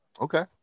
Okay